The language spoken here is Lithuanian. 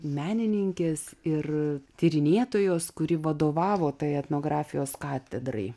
menininkės ir tyrinėtojos kuri vadovavo tai etnografijos katedrai